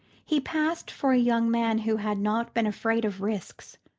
he passed for a young man who had not been afraid of risks,